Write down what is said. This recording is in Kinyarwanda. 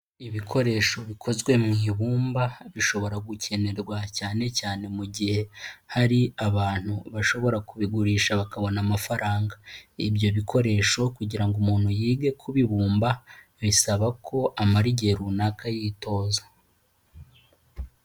Ibikoresho bikozwe mu ibumba bishobora gukenerwa cyane cyane mu gihe hari abantu bashobora kubigurisha bakabona amafaranga, ibyo bikoresho kugira ngo umuntu yige kubibumba bisaba ko amara igihe runaka yitoza.